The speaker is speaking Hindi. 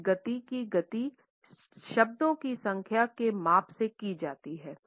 एक गति की गति शब्दों की संख्या के माप से की जाती है